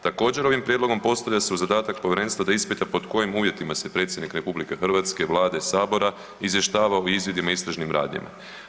Također, ovim prijedlogom postavlja se u zadatak povjerenstva da ispiti pod kojim uvjetima se predsjednik RH, vlade, sabora izvještava u izvidima o istražnim radnjama.